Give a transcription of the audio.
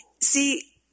See